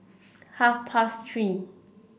half past Three